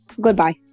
Goodbye